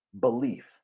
belief